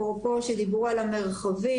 אפרופו שדיברו על המרחבים,